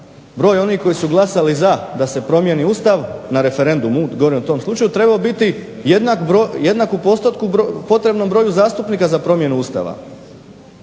broj onih koji su glasali za da se promijeni Ustav, na referendumu govorim, u tom slučaju trebao biti jednak u postotku potrebnom broju zastupnika za promjenu Ustava.